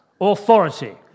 authority